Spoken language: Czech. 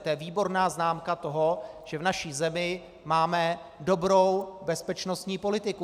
To je výborná známka toho, že v naší zemi máme dobrou bezpečnostní politiku.